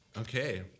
okay